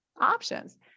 options